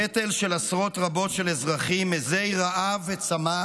קטל של עשרות רבות של אזרחים מזי רעב וצמא